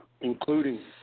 including